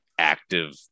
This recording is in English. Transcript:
active